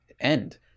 end